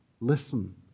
listen